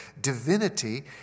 divinity